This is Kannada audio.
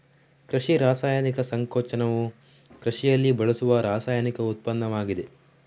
ಕೃಷಿ ರಾಸಾಯನಿಕ ಸಂಕೋಚನವು ಕೃಷಿಯಲ್ಲಿ ಬಳಸುವ ರಾಸಾಯನಿಕ ಉತ್ಪನ್ನವಾಗಿದೆ